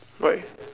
right